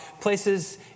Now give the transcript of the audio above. Places